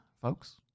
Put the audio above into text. folks